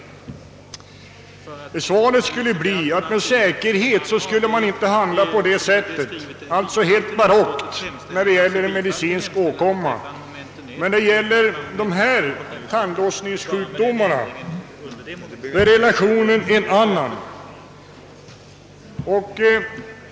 Svaret skulle bli att man med säkerhet inte skulle handla på det sättet. Det vore alltså helt barockt när det gäller en medicinsk åkomma, men i fråga om tandlossningssjukdomar är relationen just denna.